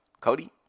Cody